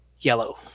yellow